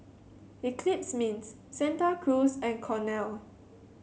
Eclipse Mints Santa Cruz and Cornell